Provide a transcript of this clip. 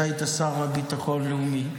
אתה היית שר לביטחון לאומי.